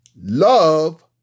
Love